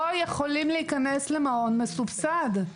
לא יכולים להיכנס למעון מסובסד.